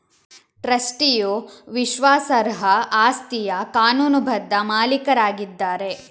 ಟ್ರಸ್ಟಿಯು ವಿಶ್ವಾಸಾರ್ಹ ಆಸ್ತಿಯ ಕಾನೂನುಬದ್ಧ ಮಾಲೀಕರಾಗಿದ್ದಾರೆ